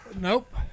Nope